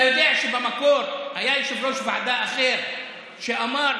אתה יודע שבמקור היה יושב-ראש ועדה אחר שאמר: